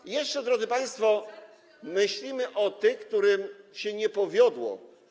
I jeszcze, drodzy państwo, myślimy o tych, którym się nie powiodło.